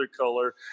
color